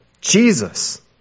Jesus